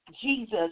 Jesus